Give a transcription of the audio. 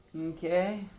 Okay